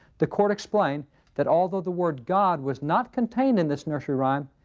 the court explained that although the word god was not contained in this nursery rhyme,